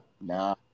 nah